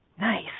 Nice